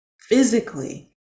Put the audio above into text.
physically